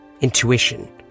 intuition